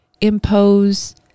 impose